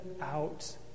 out